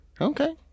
Okay